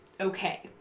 okay